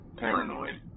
paranoid